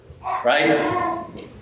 Right